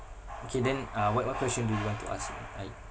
okay then uh what what question do you want to ask me right